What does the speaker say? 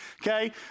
Okay